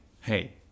hey